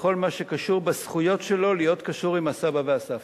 בכל מה שקשור בזכויות שלו להיות בקשר עם הסבא והסבתא.